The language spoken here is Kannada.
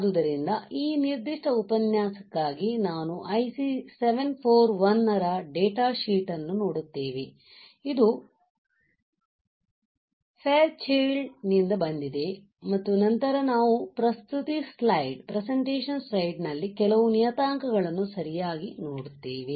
ಆದ್ದರಿಂದ ಈ ನಿರ್ದಿಷ್ಟ ಉಪನ್ಯಾಸಕ್ಕಾಗಿ ನಾವು IC 741ರ ಡೇಟಾ ಶೀಟ್ ಅನ್ನು ನೋಡುತ್ತೇವೆ ಇದು ಫೇರ್ ಚೈಲ್ಡ್ ನಿಂದ ಬಂದಿದೆ ಮತ್ತು ನಂತರ ನಾವು ಪ್ರಸ್ತುತಿ ಸ್ಲೈಡ್ ನಲ್ಲಿ ಕೆಲವು ನಿಯತಾಂಕಗಳನ್ನು ಸರಿಯಾಗಿ ನೋಡುತ್ತೇವೆ